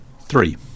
three